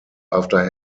after